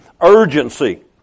urgency